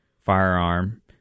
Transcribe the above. firearm